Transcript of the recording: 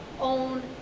own